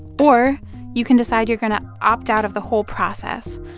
or you can decide you're going to opt out of the whole process.